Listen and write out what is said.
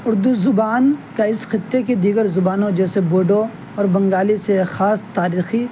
اردو زبان کا اس خطے کی دیگر زبانوں جیسے بوڈو اور بنگالی سے ایک خاص تاریخی